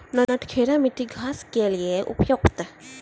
नटखेरा मिट्टी घास के लिए उपयुक्त?